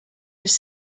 just